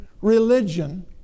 religion